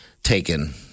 Taken